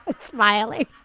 smiling